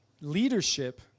Leadership